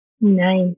Nice